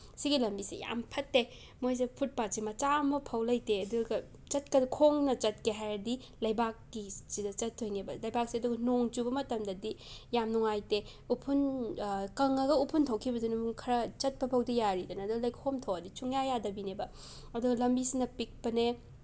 ꯁꯤꯒꯤ ꯂꯝꯕꯤꯁꯤ ꯌꯥꯝ ꯐꯠꯇꯦ ꯃꯣꯏꯁꯦ ꯐꯨꯠꯄꯥꯠꯁꯦ ꯃꯆꯥ ꯑꯃ ꯐꯥꯎ ꯂꯩꯇꯦ ꯑꯗꯨꯒ ꯈꯣꯡꯅ ꯆꯠꯀꯦ ꯍꯥꯏꯔꯒ ꯂꯩꯕꯥꯛꯀꯤ ꯁꯤꯗ ꯆꯠꯇꯣꯏꯅꯦꯕ ꯂꯩꯕꯥꯛꯁꯦ ꯑꯗꯨꯒ ꯅꯣꯡ ꯆꯨꯕ ꯃꯇꯝꯗꯗꯤ ꯌꯥꯝ ꯅꯨꯡꯉꯥꯏꯇꯦ ꯎꯐꯨꯟ ꯀꯪꯉꯒ ꯎꯐꯨꯟ ꯊꯣꯛꯈꯤꯕꯗꯨꯅꯕꯨ ꯈꯔ ꯆꯠꯄ ꯐꯥꯎꯗꯤ ꯌꯥꯔꯤꯗꯅ ꯑꯗꯨ ꯂꯩꯈꯣꯝ ꯊꯣꯛꯑꯗꯤ ꯁꯨꯡꯌꯥ ꯌꯥꯗꯕꯤꯅꯦꯕ ꯑꯗꯨꯒ ꯂꯝꯕꯤꯁꯤꯅ ꯄꯤꯛꯄꯅꯦ